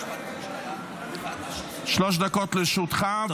שלוש דקות לרשותך.